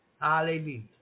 Hallelujah